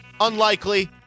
Unlikely